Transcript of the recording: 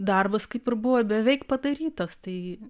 darbas kaip ir buvo beveik padarytas tai